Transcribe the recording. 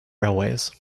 railways